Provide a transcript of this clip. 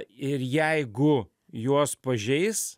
ir jeigu juos pažeis